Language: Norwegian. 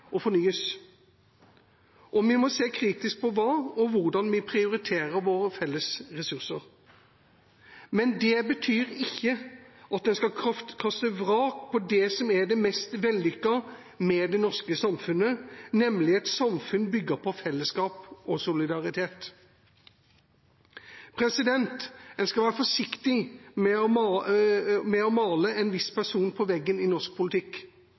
å fornyes, og vi må se kritisk på hva og hvordan vi prioriterer våre felles ressurser. Men det betyr ikke at en skal kaste vrak på det som er det mest vellykkede med det norske samfunnet, nemlig et samfunn bygget på fellesskap og solidaritet. En skal være forsiktig med å male en viss person på veggen i norsk politikk.